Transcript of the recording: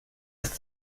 ist